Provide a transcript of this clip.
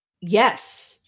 Yes